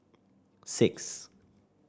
six